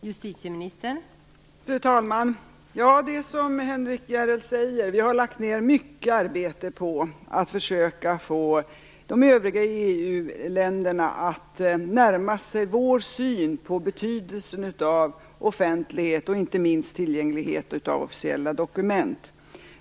Fru talman! Ja, det är så, som Henrik S Järrel säger, att vi har lagt ned mycket arbete på att försöka få de övriga EU-länderna att närma sig vår syn på betydelsen av offentlighet och inte minst tillgänglighet till officiella dokument.